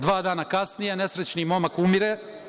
Dva dana kasnije nesrećni momak umire.